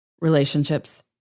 relationships